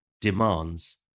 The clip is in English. demands